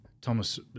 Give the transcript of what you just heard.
Thomas